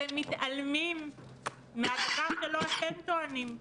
אתם מתעלמים מהדבר שלו אתם טוענים.